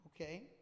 okay